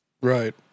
Right